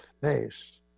face